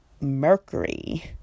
Mercury